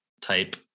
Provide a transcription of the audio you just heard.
type